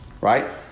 right